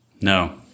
No